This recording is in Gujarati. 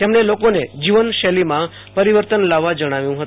તેમણે લોકોને જીવા શલીમાં પરિવર્તન લાવવા જણાવ્યું હત